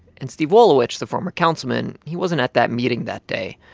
and steve wolowicz, the former councilman, he wasn't at that meeting that day,